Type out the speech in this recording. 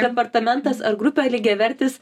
departamentas ar grupė lygiavertis